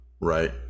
right